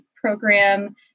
program